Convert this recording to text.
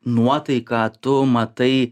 nuotaiką tu matai